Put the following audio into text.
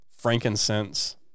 frankincense